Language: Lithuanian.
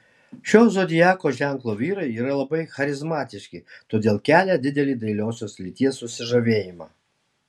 šio zodiako ženklo vyrai yra labai charizmatiški todėl kelia didelį dailiosios lyties susižavėjimą